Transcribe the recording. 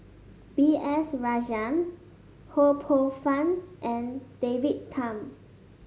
B S Rajhans Ho Poh Fun and David Tham